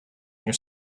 near